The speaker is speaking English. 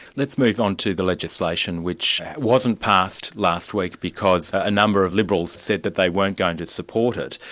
let's move on to the legislation which wasn't passed last week because a number of liberals said that they weren't going to support it.